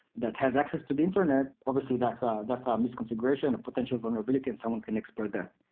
that has access to the internet. obviously, that's ah that's um misconfiguration or potential vulnerability and someone can exploit that.